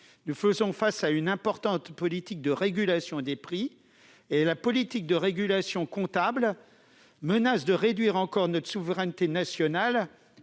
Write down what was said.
Nous faisons face à une importante politique de régulation des prix et la politique de régulation comptable menace de réduire encore notre souveraineté sanitaire,